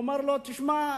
הוא אמר לו: תשמע,